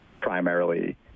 primarily